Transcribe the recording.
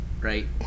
right